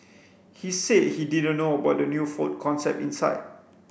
he said he didn't know about the new food concept inside